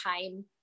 time